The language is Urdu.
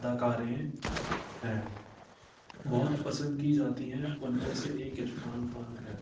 اداکاریں ہیں بہت پسند کی جاتی ہیں ان میں سے ایک عرفان خان ہیں